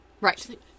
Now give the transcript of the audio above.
Right